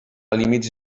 límits